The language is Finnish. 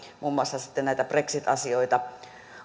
muun muassa näitä brexit asioita